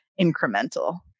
incremental